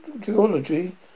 geology